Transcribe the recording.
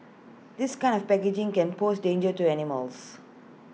this kind of packaging can pose danger to animals